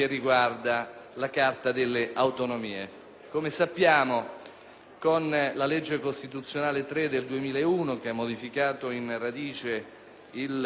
con la legge costituzionale n. 3 del 2001, che ha modificato in radice il sistema del riparto legislativo tra Stato e Regioni,